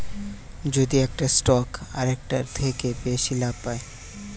যদি একটা স্টক আরেকটার থেকে বেশি লাভ পায়